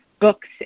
books